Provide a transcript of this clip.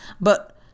But-